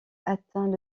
atteint